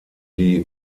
die